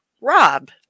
Rob